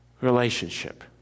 relationship